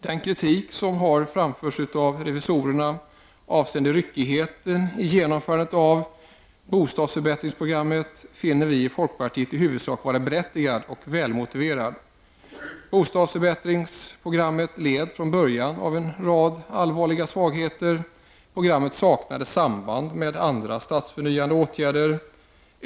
Den kritik som framförs av revisorerna avseende ryckigheten i genomförandet av bostadsförbättringsprogrammet finner vi i folkpartiet i huvudsak vara berättigad och välmotiverad. Bostadsförbättringsprogrammet led från början av en rad allvarliga svagheter. Programmet saknade samband med andra stadsförnyande åtgärder.